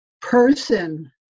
person